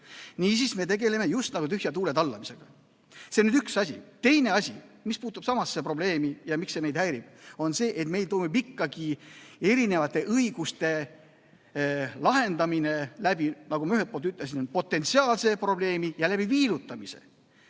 Niisiis, me tegeleme just nagu tühja tuule tallamisega. See on üks asi. Teine asi, mis puutub samasse probleemi ja miks see meid häirib, on see, et meil toimib ikkagi erinevate õiguste lahendamine, nagu ma ütlesin, ühelt poolt potentsiaalse probleemi kaudu ja viilutamise